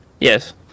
Yes